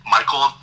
Michael